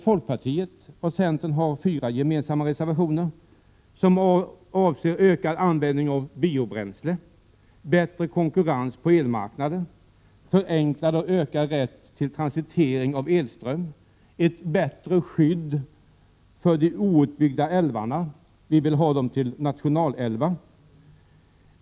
Folkpartiet och centern har fyra gemensamma reservationer, som avser ökad användning av biobränslen, bättre konkurrens på elmarknaden, förenklad och ökad rätt till transitering av elström och ett bättre skydd för de Prot. 1987/88:135 outbyggda älvarna — vi vill göra dem till nationalälvar.